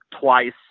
twice